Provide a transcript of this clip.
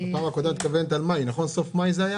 בפעם הקודמת את מתכוונת לסוף חודש מאי.